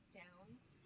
downs